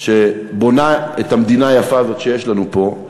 שבונה את המדינה היפה הזאת שיש לנו פה.